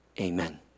Amen